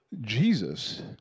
Jesus